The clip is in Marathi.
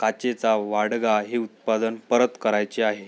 काचेचा वाडगा हे उत्पादन परत करायचे आहे